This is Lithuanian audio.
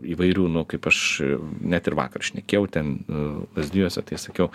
įvairių nu kaip aš net ir vakar šnekėjau ten lazdijuose tai sakiau